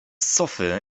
sofy